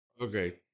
Okay